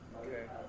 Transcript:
okay